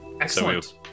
excellent